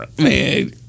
Man